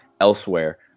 elsewhere